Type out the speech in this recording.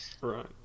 Right